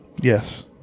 Yes